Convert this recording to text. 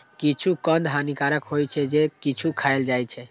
किछु कंद हानिकारक होइ छै, ते किछु खायल जाइ छै